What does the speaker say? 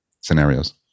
scenarios